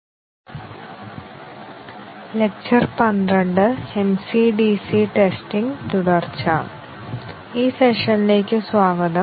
ഈ സെഷനിലേക്ക് സ്വാഗതം ഞങ്ങൾ ഇപ്പോൾ MCDC ടെസ്റ്റിങ് പരിശോധിക്കും